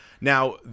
Now